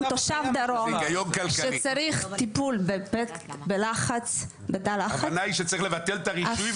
תושב דרום שצריך טיפול בתא לחץ --- ההבנה היא שצריך לבטל את הרישוי,